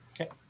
Okay